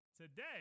Today